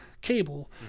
cable